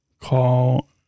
call